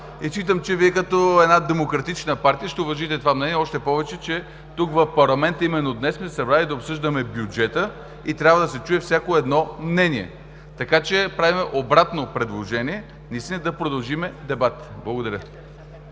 Считам, че Вие като една демократична партия ще уважите това мнение, още повече че тук в парламента именно днес сме се събрали да обсъждаме бюджета и трябва да се чуе всяко едно мнение. Правим обратно предложение да продължим дебатите. Благодаря.